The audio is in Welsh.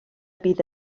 bydd